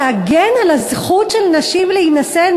להגן על הזכות של נשים להינשא,